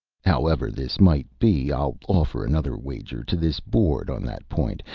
however this might be, i'll offer another wager to this board on that point,